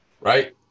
Right